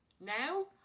Now